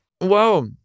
Wow